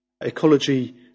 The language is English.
Ecology